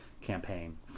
campaign